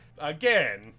Again